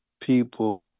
people